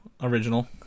original